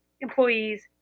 employees